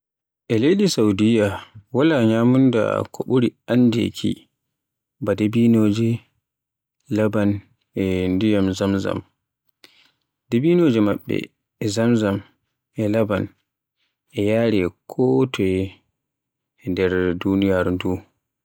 E leydi Saudiyya wala nyamunda ko ɓuri anndeki ba dibinoje, laban e ndiyam zamzam. Dibinoje maɓɓe e zamzam e laban maɓɓe e yare to toye e nder duniyaaru ndu.